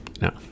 No